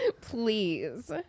Please